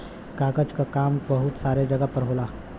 कागज क काम बहुत सारे जगह पर होला